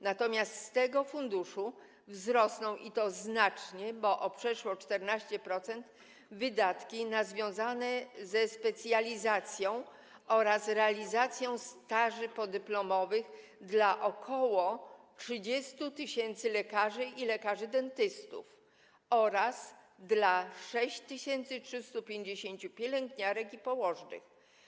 Natomiast wzrosną, i to znacznie, bo o przeszło 14%, wydatki z tego funduszu związane ze specjalizacją oraz realizacją staży podyplomowych dla ok. 30 tys. lekarzy i lekarzy dentystów oraz dla 6350 pielęgniarek i położnych.